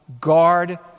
guard